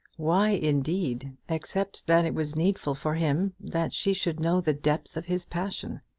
why indeed except that it was needful for him that she should know the depth of his passion.